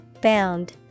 Bound